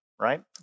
right